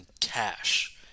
cash